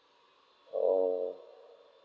oh